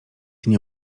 nie